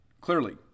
clearly